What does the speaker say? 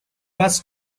was